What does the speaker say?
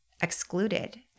excluded